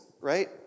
right